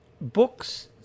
books